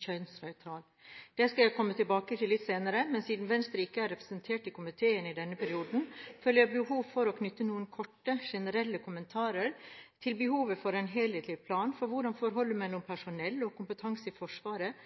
Det skal jeg komme tilbake til litt senere, men siden Venstre ikke er representert i komiteen i denne perioden, føler jeg behov for å knytte noen korte, generelle kommentarer til behovet for en helhetlig plan for hvordan forholdet mellom personell og kompetanse i Forsvaret